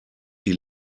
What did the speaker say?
die